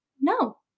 no